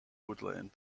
woodland